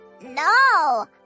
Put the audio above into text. No